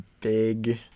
big